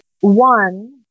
One